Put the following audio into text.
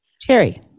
Terry